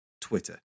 Twitter